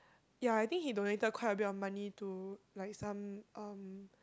ya I think he donated quite a bit of money to like some um